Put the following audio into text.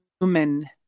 human